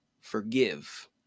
forgive